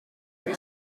and